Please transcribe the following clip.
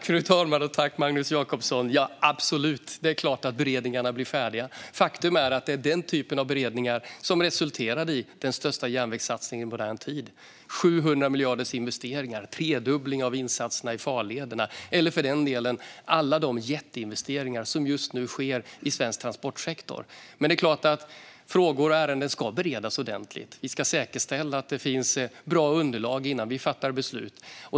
Fru talman! Jag tackar Magnus Jacobsson för frågan. Det är klart att beredningarna blir färdiga. Faktum är att det är denna typ av beredningar som resulterade i den största järnvägssatsningen i modern tid - investeringar på 700 miljarder kronor, en tredubbling av insatserna i farlederna eller för den delen alla de jätteinvesteringar som just nu sker i svensk transportsektor. Det är klart att frågor och ärenden ska beredas ordentligt. Vi ska säkerställa att det finns bra underlag innan vi fattar beslut.